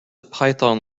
python